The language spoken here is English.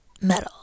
metal